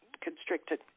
constricted